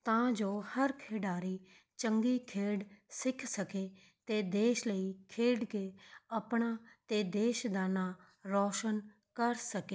ਤਾਂ ਜੋ ਹਰ ਖਿਡਾਰੀ ਚੰਗੀ ਖੇਡ ਸਿੱਖ ਸਕੇ ਅਤੇ ਦੇਸ਼ ਲਈ ਖੇਡ ਕੇ ਆਪਣਾ ਅਤੇ ਦੇਸ਼ ਦਾ ਨਾਂ ਰੌਸ਼ਨ ਕਰ ਸਕੇ